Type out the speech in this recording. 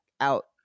out